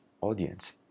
audience